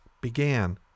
began